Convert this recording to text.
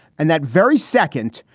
and that very second,